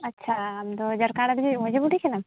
ᱟᱪᱪᱷᱟ ᱟᱢᱫᱚ ᱡᱷᱟᱲᱠᱷᱚᱸᱰ ᱨᱤᱡᱤᱱ ᱢᱟᱺᱡᱷᱤ ᱵᱩᱰᱦᱤ ᱠᱟᱱᱟᱢ